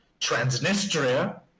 Transnistria